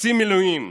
עושים מילואים,